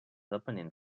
depenent